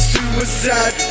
Suicide